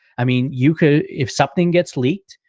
i mean, you could if something gets leaked,